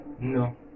No